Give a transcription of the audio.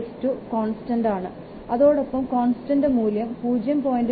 520കോൺസ്റ്റന്റ ആണ് അതോടൊപ്പം കോൺസ്റ്റന്റ് മൂല്യം 0